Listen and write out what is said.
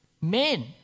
Men